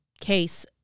case